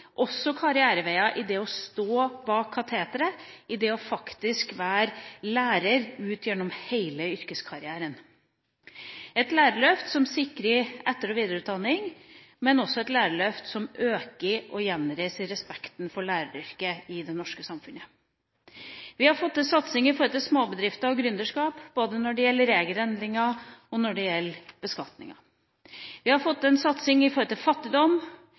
også karriereveier i det å stå bak kateteret, i det faktisk å være lærer ut gjennom hele yrkeskarrieren, et lærerløft som sikrer etter- og videreutdanning, men også et lærerløft som øker og gjenreiser respekten for læreryrket i det norske samfunnet. Vi har fått til satsing på småbedrifter og gründerskap, både når det gjelder regelendringer, og når det gjelder beskatninger. Vi har fått til en satsing når det gjelder fattigdom,